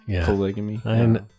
Polygamy